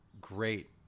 great